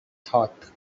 thought